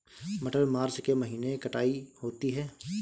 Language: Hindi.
मटर मार्च के महीने कटाई होती है?